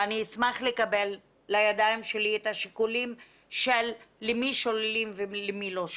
ואני אשמח לקבל לידיים שלי את השיקולים למי שוללים ולמי לא שוללים.